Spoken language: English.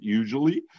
usually